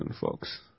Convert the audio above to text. folks